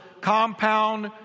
compound